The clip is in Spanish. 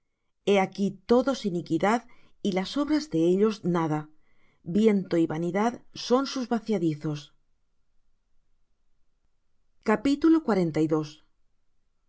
he aquí todos iniquidad y las obras de ellos nada viento y vanidad son sus vaciadizos he